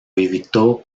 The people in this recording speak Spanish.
evitó